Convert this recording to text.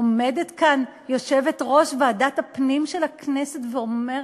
עומדת כאן יושבת-ראש ועדת הפנים של הכנסת ואומרת: